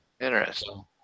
interesting